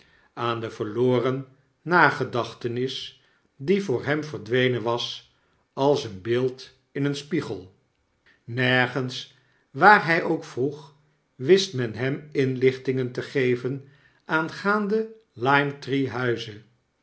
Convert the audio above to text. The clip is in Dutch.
aan de verloren nagedachtenis die voor hem verdwenen was als een beeld in een spiegel nergens waar hy ook vroeg wist men hem inlichtingen te geven aangaande